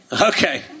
Okay